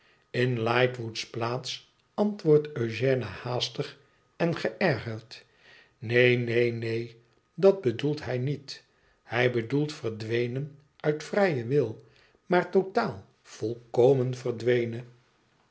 in lightwood s plaats antwoordt eugène haastig en geërgerd neen neen neen dat bedoelt hij niet hij bedoelt verdwenen uit vrijen wil maar totaal volkomen verdwenen